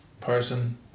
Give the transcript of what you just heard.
person